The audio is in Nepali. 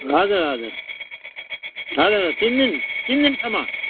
हजुर हजुर हजुर तिन दिन तिन दिनसम्म